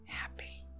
happy